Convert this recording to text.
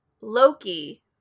Loki